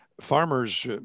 farmers